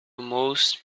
most